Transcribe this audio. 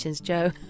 Joe